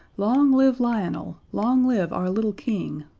long live lionel! long live our little king!